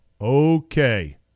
Okay